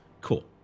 Cool